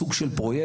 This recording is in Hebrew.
זה סוג של פרויקט,